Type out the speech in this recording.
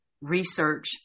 research